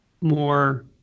more